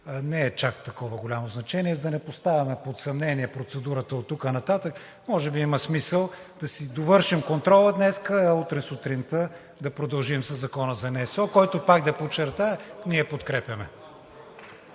не е чак от такова голямо значение. За да не поставяме под съмнение процедурата, оттук нататък има смисъл да си довършим контрола днес, а утре сутринта да продължим със Закона за НСО, който, пак да подчертая, и ние подкрепяме.